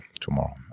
tomorrow